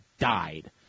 died